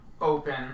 open